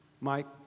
Mike